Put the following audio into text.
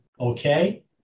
Okay